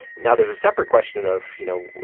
now, there's a separate question of, you know,